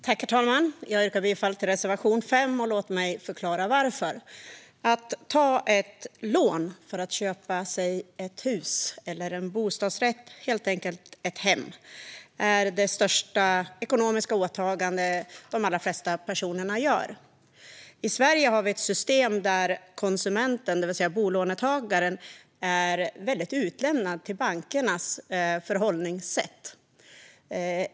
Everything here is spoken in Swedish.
Herr talman! Jag yrkar bifall till reservation 5. Låt mig förklara varför. Att ta ett lån för att köpa ett hus eller en bostadsrätt, helt enkelt ett hem, är det största ekonomiska åtagande de allra flesta personer gör. I Sverige har vi ett system där konsumenten, det vill säga bolånetagaren, är utlämnad till bankernas förhållningssätt.